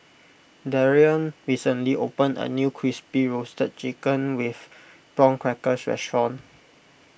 Darrion recently opened a new Crispy Roasted Chicken with Prawn Crackers restaurant